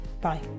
Bye